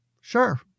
Sure